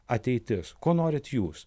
ateitis ko norit jūs